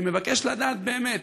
אני מבקש לדעת באמת,